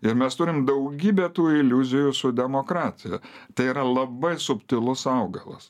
ir mes turim daugybę tų iliuzijų su demokratija tai yra labai subtilus augalas